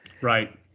Right